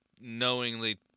knowingly